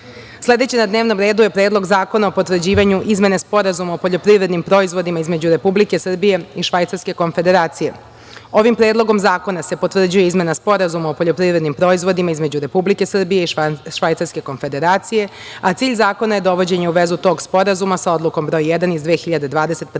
EFTA.Sledeći na dnevnom redu je Predlog zakona o potvrđivanju Izmene Sporazuma o poljoprivrednim proizvodima između Republike Srbije i Švajcarske Konfederacije. Ovim Predlogom zakona se potvrđuje Izmena Sporazuma o poljoprivrednim proizvodima između Republike Srbije i Švajcarske Konfederacije, a cilj zakona je dovođenje u vezu tog sporazuma sa Odlukom Broj 1 iz 2021.